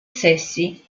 sessi